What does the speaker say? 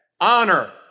Honor